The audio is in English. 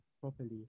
properly